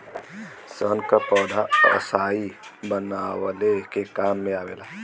सन क पौधा स्याही बनवले के काम मे आवेला